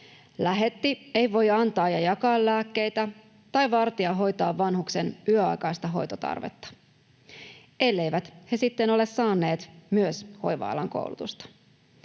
Lähetti ei voi antaa ja jakaa lääkkeitä tai vartija hoitaa vanhuksen yöaikaista hoitotarvetta — elleivät he sitten ole saaneet myös hoiva-alan koulutusta.